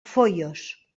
foios